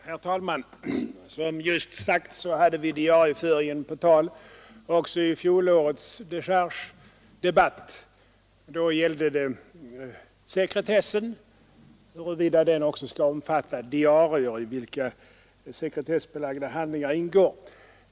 Herr talman! Som just sagts hade vi diarieföringen på tal också i fjolårets dechargedebatt. Då gällde det huruvida sekretessen också skall omfatta diarier i vilka sekretessbelagda handlingar ingår.